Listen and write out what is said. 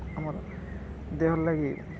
ଆମର୍ ଦେହର୍ ଲାଗି